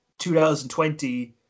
2020